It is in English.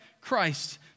Christ